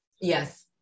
Yes